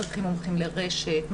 מדריכים מומחים לרשת,